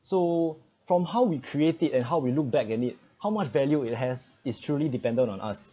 so from how we create it and how we look back at it how much value it has is truly dependent on us